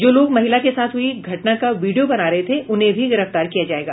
जो लोग महिला के साथ हुई घटना का वीडियो बना रहे थे उन्हें भी गिरफ्तार किया जायेगा